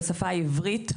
בשפה העברית,